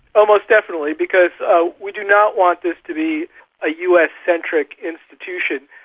ah most definitely, because so we do not want this to be a us-centric institution.